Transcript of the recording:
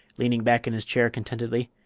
leaning back in his chair contentedly.